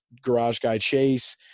GarageGuyChase